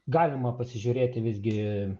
galima pasižiūrėti visgi